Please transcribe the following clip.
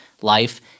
life